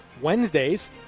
Wednesdays